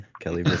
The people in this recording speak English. Kelly